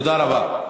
תודה רבה, תודה רבה.